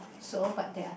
so but there are